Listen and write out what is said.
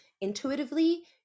Intuitively